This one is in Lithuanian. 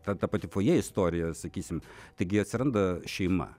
ta ta pati fojė istorija sakysim taigi atsiranda šeima